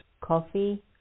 Coffee